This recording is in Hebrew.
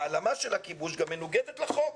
העלמה של הכיבוש גם מנוגדת לחוק.